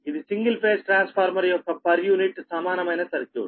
ఇది single phase transformer యొక్క per unit సమానమైన సర్క్యూట్